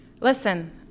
Listen